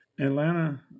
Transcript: Atlanta